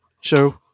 show